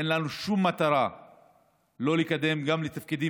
אין לנו שום מטרה שלא לקדם גם לתפקידים